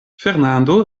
fernando